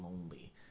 lonely